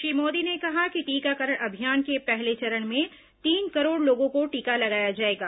श्री मोदी ने कहा कि टीकाकरण अभियान के पहले चरण में तीन करोड़ लोगों को टीका लगाया जाएगा